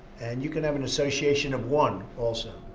and you can have an association of one, also,